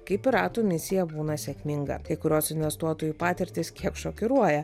kai piratų misija būna sėkminga kai kurios investuotojų patirtys kiek šokiruoja